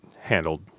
handled